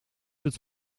het